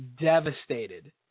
devastated